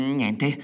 niente